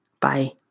Bye